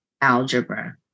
algebra